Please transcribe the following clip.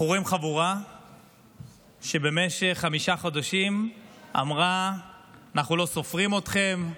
אנחנו רואים חבורה שבמשך חמישה חודשים אמרה: אנחנו לא סופרים אתכם,